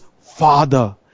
Father